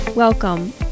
Welcome